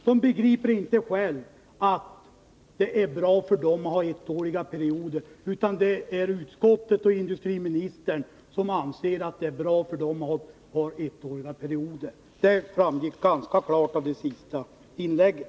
De begriper inte själva att det är bra för dem att ha ettåriga perioder, utan det är utskottet och industriministern som anser det. Det framgick ganska klart av det senaste inlägget.